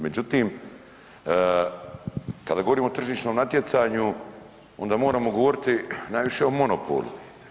Međutim, kada govorimo o tržišnom natjecanju onda moramo govoriti najviše o monopolu.